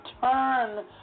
turn